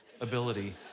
ability